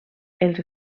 els